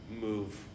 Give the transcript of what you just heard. move